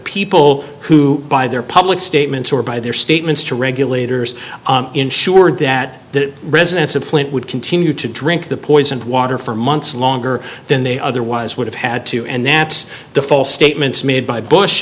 people who buy their public statements or by their statements to regulators ensured that the residents of flint would continue to drink the poisoned water for months longer than they otherwise would have had to and naps the false statements made by